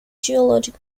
geologic